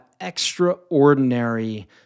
extraordinary